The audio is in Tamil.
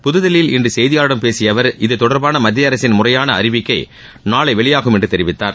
புதுதில்லியில் இன்று செய்தியாளர்களிடம் பேசிய அவர் இது தொடர்பாள மத்திய அரசின் முறையாள அறிவிக்கை நாளை வெளியாகும் என்று தெரிவித்தார்